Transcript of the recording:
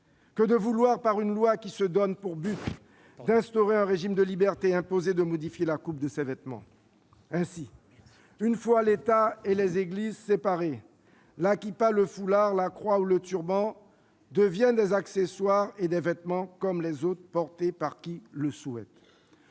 que de vouloir, par une loi qui se donne pour but d'instaurer dans ce pays un régime de liberté, [...] imposer de modifier la coupe de [ses] vêtements. » Ainsi, une fois l'État et les Églises séparés, la kippa, le foulard, la croix ou le turban deviennent des accessoires et des vêtements comme les autres, portés par qui le souhaite.